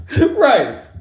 Right